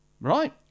Right